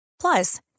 plus